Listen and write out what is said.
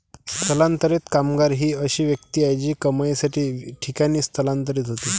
स्थलांतरित कामगार ही अशी व्यक्ती आहे जी कमाईसाठी ठिकाणी स्थलांतरित होते